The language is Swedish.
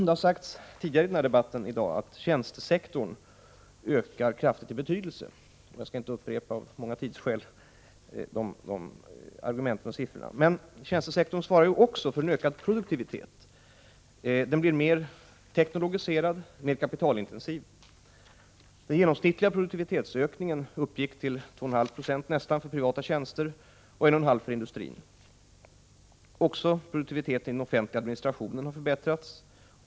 Det har tidigare i denna debatt sagts att tjänstesektorn ökar kraftigt i betydelse. Av tidsskäl skall jag inte upprepa argumenten och siffrorna. Tjänstesektorn svarar för en ökad produktivitet genom att den blir mer teknologiserad och mer kapitalintensiv. Den genomsnittliga produktivitetsökningen uppgick till nästan 2,4 970 för privata tjänster och 1,5 90 för industrin 1982. Också produktiviteten i offentlig administration har förbättrats.